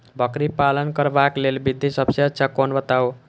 बकरी पालन करबाक लेल विधि सबसँ अच्छा कोन बताउ?